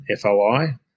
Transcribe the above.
FOI